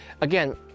again